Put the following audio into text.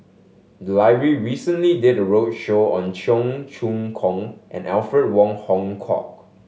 the library recently did a roadshow on Cheong Choong Kong and Alfred Wong Hong Kwok